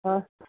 ਹਾਂ